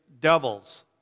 devils